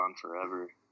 forever